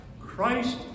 Christ